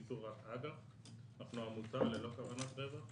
אנחנו עמותה ללא כוונות רווח.